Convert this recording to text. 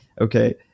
okay